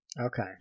Okay